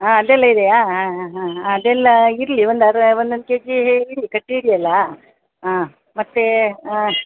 ಹಾಂ ಅದೆಲ್ಲ ಇದೆಯಾ ಹಾಂ ಹಾಂ ಹಾಂ ಅದೆಲ್ಲ ಇರಲಿ ಒಂದು ಅರ್ಧ ಒಂದೊಂದು ಕೆಜಿ ಇರಲಿ ಕಟ್ಟಿ ಇಡಿಯಲ್ಲ ಹಾಂ ಮತ್ತು ಹಾಂ